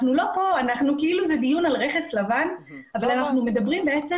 אנחנו כאילו בדיון על רכס לבן אבל אנחנו בעצם